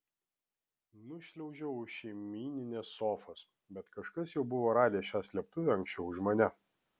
nušliaužiau už šeimyninės sofos bet kažkas jau buvo radęs šią slėptuvę anksčiau už mane